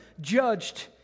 judged